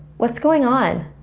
what's going on?